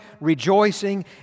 rejoicing